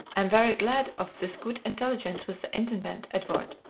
am very glad of this good intelligence with the intendant, edward,